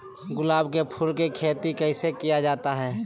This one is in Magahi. गुलाब के फूल की खेत कैसे किया जाता है?